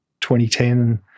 2010